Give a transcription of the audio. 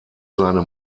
seine